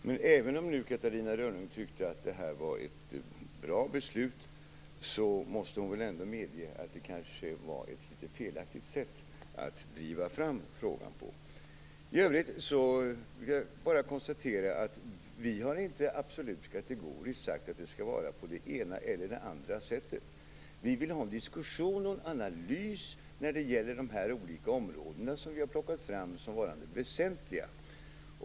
Fru talman! Även om nu Catarina Rönnung tyckte att det var ett bra beslut måste hon väl ändå medge att det här kanske var ett litet felaktigt sätt att driva fram frågan på. I övrigt vill jag bara konstatera att vi inte absolut och kategoriskt har sagt att det skall vara på det ena eller det andra sättet. Vi vill ha en diskussion och en analys när det gäller de olika områden vi har plockat fram som varande väsentliga.